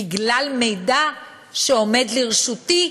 בגלל מידע שעומד לרשותי,